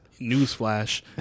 newsflash